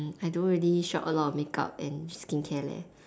I don't really shop a lot of makeup and skincare leh